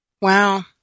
Wow